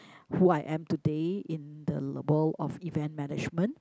who I am today in the board of event management